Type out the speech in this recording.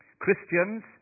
Christians